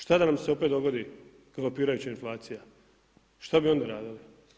Šta da nam se opet dogodi galopirajuća inflacija, šta bi onda radili?